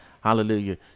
Hallelujah